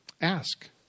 Ask